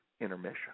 intermission